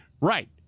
Right